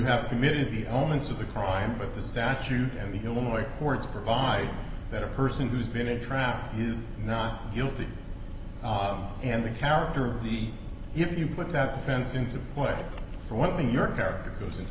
have committed the moments of the crime but the statute and the illinois words provide that a person who's been a trap is not guilty and the character of the you put that runs into play for one thing your character goes into